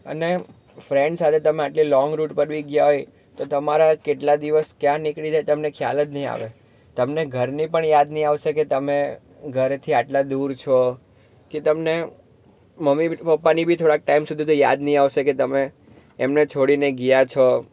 અને ફ્રેન્ડ સાથે તમે આટલી લોંગ રુટ પર બિ ગયા હોય તો તમારા કેટલા દિવસ ક્યાં નીકળી જાય તમને ખ્યાલ જ નહીં આવે તમને ઘરની પણ યાદ નહીં આવશે કે તમે ઘરેથી આટલા દૂર છો કે તમને મમ્મી પપ્પાની બિ થોડાક ટાઈમ સુધી તો યાદ નહીં આવશે કે તમે એમને છોડીને ગયા છો